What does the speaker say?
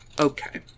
okay